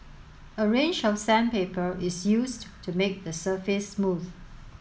a range of sandpaper is used to make the surface smooth